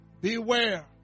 Beware